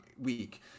week